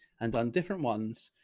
and on different ones,